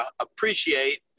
appreciate